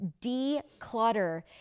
Declutter